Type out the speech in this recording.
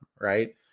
right